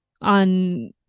on